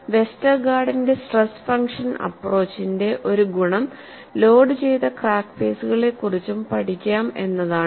അതിനാൽ വെസ്റ്റർഗാർഡിന്റെ stress function അപ്പ്രോച്ചിന്റെ ഒരു ഗുണം ലോഡ് ചെയ്ത ക്രാക്ക് ഫെയ്സുകളെക്കുറിച്ചും പഠിക്കാം എന്നതാണ്